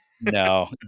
No